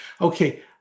Okay